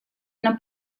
una